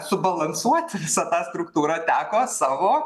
subalansuoti visą tą struktūrą teko savo